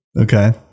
Okay